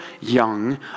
young